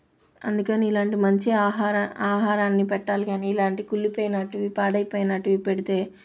అందుకని ఇలాంటి మంచి ఆహార ఆహారాన్ని పెట్టాలి కానీ ఇలాంటి కుళ్ళిపోయినవి పాడైపోయినవి పెడితే